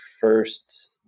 first